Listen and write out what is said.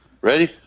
Ready